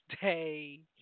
day